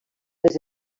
les